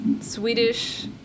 Swedish